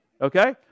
Okay